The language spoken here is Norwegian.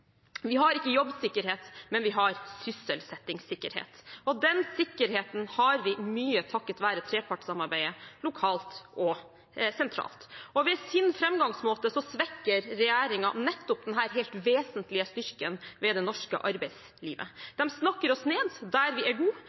Vi har ikke jobbsikkerhet, men vi har sysselsettingssikkerhet, og den sikkerheten har vi mye takket være trepartssamarbeidet, lokalt og sentralt. Med sin framgangsmåte svekker regjeringen nettopp denne helt vesentlige styrken ved det norske arbeidslivet. De snakker oss ned der vi er gode,